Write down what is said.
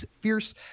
fierce